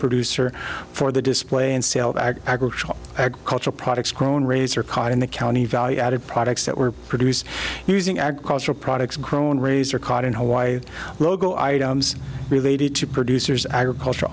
producer for the display and sale of agricultural agricultural products grown razer caught in the county value added products that were produced using agricultural products grown razor caught in hawaii logo items related to producers agricultur